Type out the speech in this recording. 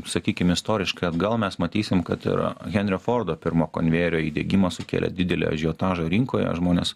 sakykim istoriškai atgal mes matysim kad ir henrio fordo pirmo konvejerio įdiegimas sukėlė didelį ažiotažą rinkoje žmonės